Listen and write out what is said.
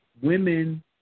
Women